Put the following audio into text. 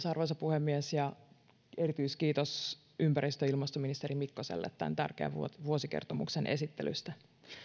arvoisa puhemies erityiskiitos ympäristö ja ilmastoministeri mikkoselle tämän tärkeän vuosikertomuksen esittelystä